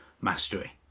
mastery